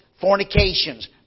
fornications